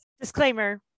Disclaimer